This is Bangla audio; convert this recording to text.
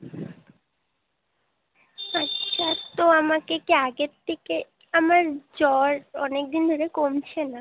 আচ্ছা তো আমাকে কি আগের থেকে আমার জ্বর অনেক দিন ধরে কমছে না